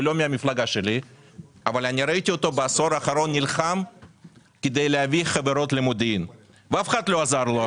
הוא לא מהמפלגה שלי - נלחם כדי להביא חברות למודיעין ואף אחד לא עזר לו.